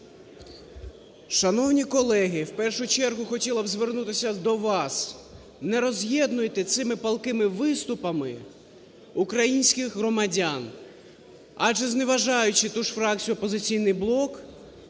Шановні колеги, в першу чергу хотіли б звернутися до вас: не роз'єднуйте цими палкими виступами українських громадян, адже зневажаючи ту ж фракцію "Опозиційний блок",